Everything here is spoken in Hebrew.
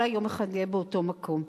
אולי יום אחד נהיה באותו מקום,